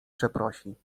przeprosi